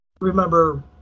Remember